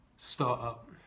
Startup